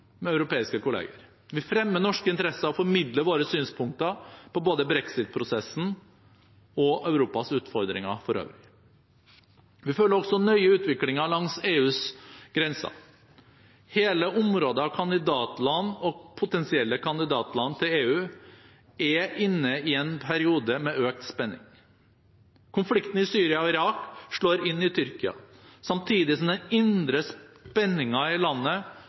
med europeiske kolleger. Vi fremmer norske interesser og formidler våre synspunkter på både brexit-prosessen og Europas utfordringer for øvrig. Vi følger også nøye utviklingen langs EUs grenser. Hele området av kandidatland og potensielle kandidatland til EU er inne i en periode med økt spenning. Konfliktene i Syria og Irak slår inn i Tyrkia, samtidig som den indre spenningen i landet